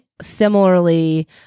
similarly